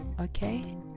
okay